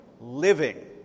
living